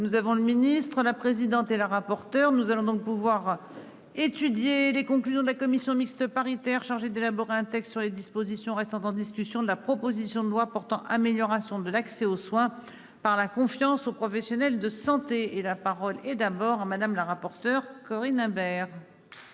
Nous avons le ministre-, la présidente et la rapporteure. Nous allons donc pouvoir étudier les conclusions de la commission mixte paritaire chargée d'élaborer un texte sur les dispositions restant en discussion de la proposition de loi portant amélioration de l'accès aux soins par la confiance aux professionnels de santé et la parole est d'abord Madame la rapporteure Corinne Imbert.